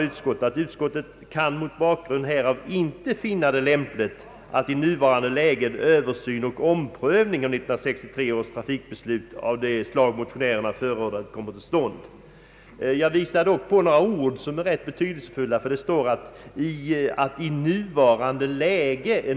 Utskottet kan mot bakgrund härav inte finna det lämpligt att i nuvarande läge en översyn och omprövning av 1963 års trafikbeslut av det slag motionärerna förordat kommer till stånd.» Jag vill dock påpeka några ord som är rätt betydelsefulla. Det står »i nuvarande läge».